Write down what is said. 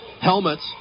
helmets